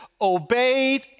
obeyed